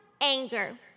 anger